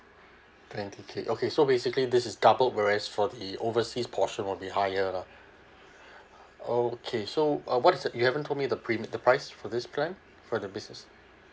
twenty K okay so basically this is double whereas for the overseas portion would be higher lah okay so uh what's the you haven't told me the prem~ the price for this plan for the business